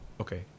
Okay